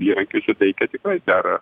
įrankiui suteikia tikrai gerą